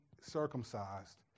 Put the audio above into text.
circumcised